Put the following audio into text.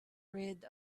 rid